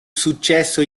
successo